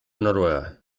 noruega